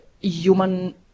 human